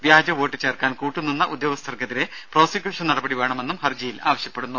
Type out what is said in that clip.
വ്യാജ വോട്ട് ചേർക്കാൻ കൂട്ട് നിന്ന ഉദ്യോഗസ്ഥർക്കെതിരെ പ്രോസിക്യൂഷൻ നടപടി വേണമെന്നും ഹർജിയിൽ ആവശ്യപ്പെടുന്നു